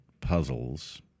puzzles